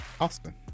Austin